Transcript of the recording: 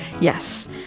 Yes